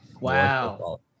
Wow